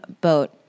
boat